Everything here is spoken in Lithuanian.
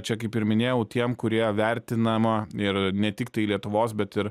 čia kaip ir minėjau tiem kurie vertinama ir ne tiktai lietuvos bet ir